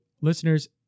listeners